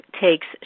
takes